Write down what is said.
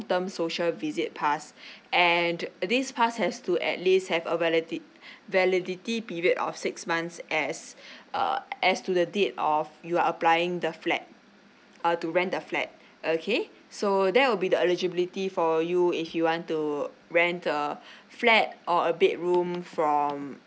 term social visit pass and this pass has to at least have a validity validity period of six months as uh as to the date of you are applying the flat uh to rent the flat okay so that will be the eligibility for you if you want to rent a flat or a bedroom from